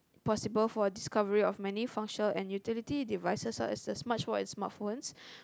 possible for discovery of many function and utility devices for as much for smart phones